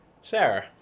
Sarah